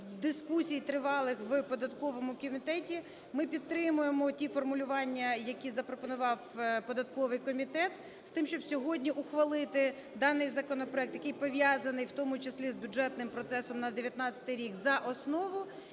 дискусій тривалих в податковому комітеті ми підтримуємо ті формулювання, які запропонував податковий комітет з тим, щоб сьогодні ухвалити даний законопроект, який пов'язаний, в тому числі з бюджетним процесом на 19-й рік, за основу.